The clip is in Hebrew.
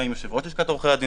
גם עם יושב-ראש לשכת עורכי הדין,